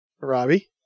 Robbie